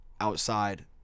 outside